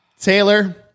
Taylor